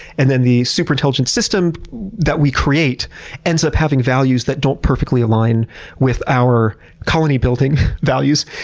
and then the super intelligent system that we create ends up having values that don't perfectly align with our colony-building values.